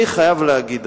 אני חייב להגיד,